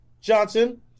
Johnson